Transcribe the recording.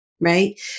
right